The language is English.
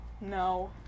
no